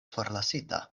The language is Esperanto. forlasita